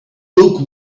look